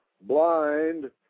blind